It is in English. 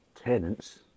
tenants